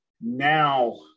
now